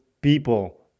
people